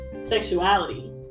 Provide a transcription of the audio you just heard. sexuality